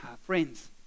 Friends